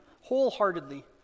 wholeheartedly